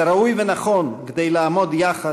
זה ראוי ונכון כדי לעמוד יחד,